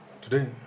today